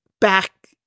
back